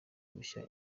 gushya